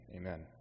Amen